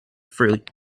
fruit